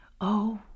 Oh